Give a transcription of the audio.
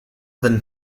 than